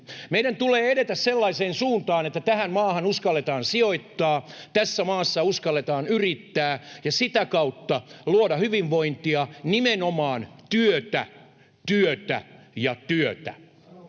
Meidän tulee edetä sellaiseen suuntaan, että tähän maahan uskalletaan sijoittaa, tässä maassa uskalletaan yrittää ja sitä kautta luoda hyvinvointia — nimenomaan työtä, työtä ja työtä.